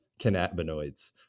cannabinoids